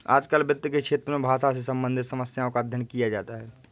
आजकल वित्त के क्षेत्र में भाषा से सम्बन्धित समस्याओं का अध्ययन किया जाता है